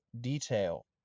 detail